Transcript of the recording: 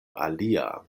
alia